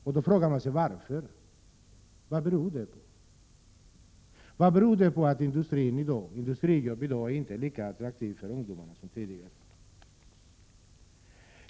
Man frågar sig: Vad beror det på att industrijobb numera inte är lika attraktivt för ungdomar som det var tidigare?